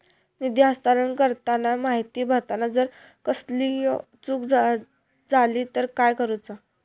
निधी हस्तांतरण करताना माहिती भरताना जर कसलीय चूक जाली तर काय करूचा?